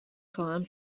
خواهم